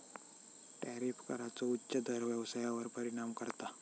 tariff कराचो उच्च दर व्यवसायावर परिणाम करता